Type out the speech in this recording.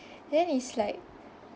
then it's like